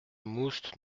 moest